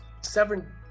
seven